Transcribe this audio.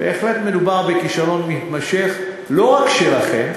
בהחלט מדובר בכישלון מתמשך, לא רק שלכם,